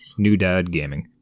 newdadgaming